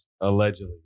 Allegedly